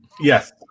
yes